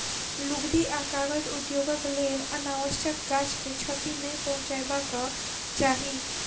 लुगदी आ कागज उद्योगक लेल अनावश्यक गाछ के क्षति नै पहुँचयबाक चाही